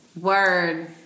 Word